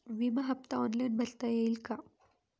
विमा हफ्ता ऑनलाईन भरता येईल का?